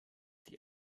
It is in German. die